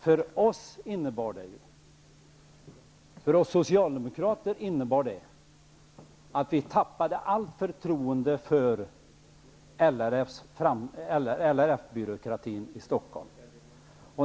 För oss socialdemokrater innebar det att vi tappade allt förtroende för LRF-byråkratin i Stockholm.